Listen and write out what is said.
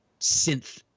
synth